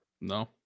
no